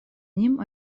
ним